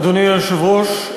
אדוני היושב-ראש,